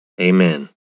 AMEN